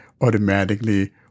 automatically